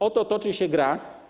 O to toczy się gra.